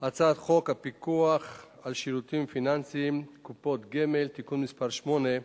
חוק הפיקוח על שירותים פיננסיים (קופות גמל) (תיקון מס' 8)